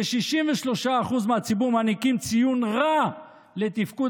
כ-63% מהציבור מעניקים ציון רע לתפקוד